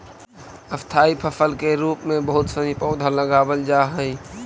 स्थाई फसल के रूप में बहुत सनी पौधा लगावल जा हई